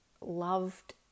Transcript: loved